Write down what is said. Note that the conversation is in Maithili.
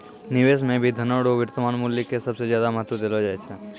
निवेश मे भी धनो रो वर्तमान मूल्य के सबसे ज्यादा महत्व देलो जाय छै